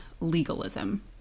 legalism